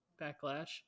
backlash